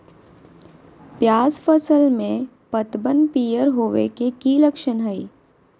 प्याज फसल में पतबन पियर होवे के की लक्षण हय?